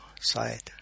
side